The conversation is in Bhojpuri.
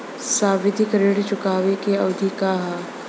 सावधि ऋण चुकावे के अवधि का ह?